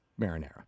marinara